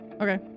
Okay